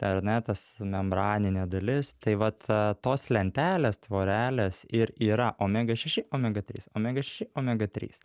ar ne tas membraninė dalis tai vat tos lentelės tvorelės ir yra omega šeši omega trys omega šeši omega trys